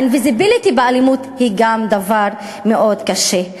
ה-invisibility כאלימות היא גם דבר מאוד קשה.